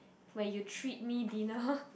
where you treat me dinner